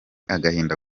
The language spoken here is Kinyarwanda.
agahinda